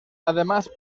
además